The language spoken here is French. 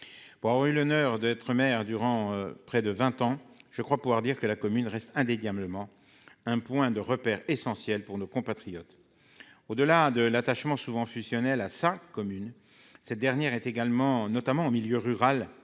Pour avoir eu l'honneur d'être maire durant près de vingt ans, je crois pouvoir dire que la commune reste indéniablement un point de repère essentiel pour nos compatriotes. Au-delà de l'attachement souvent fusionnel que l'on éprouve pour commune, cette dernière est également, notamment en milieu rural,